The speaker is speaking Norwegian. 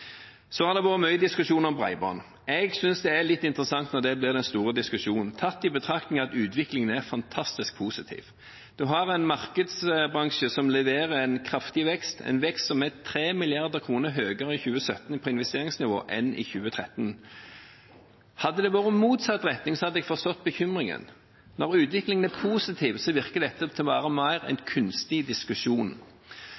Så har det vært mye diskusjon om bredbånd. Jeg synes det er litt interessant når det blir den store diskusjonen, tatt i betraktning at utviklingen er fantastisk positiv. Vi har en markedsbransje som leverer en kraftig vekst, en vekst som er 3 mrd. kr høyere på investeringsnivå i 2017 enn i 2013. Hadde det vært motsatt retning, hadde jeg forstått bekymringen, men når utviklingen er positiv, så virker dette mer å være